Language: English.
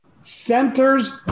centers